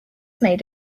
made